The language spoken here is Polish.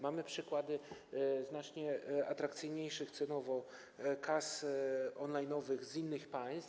Mamy przykłady znacznie atrakcyjniejszych cenowo kas on-line’owych z innych państw.